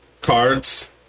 cards